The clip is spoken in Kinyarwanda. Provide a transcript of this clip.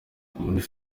muri